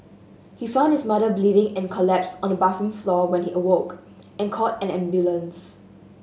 he found his mother bleeding and collapsed on the bathroom floor when he awoke and called an ambulance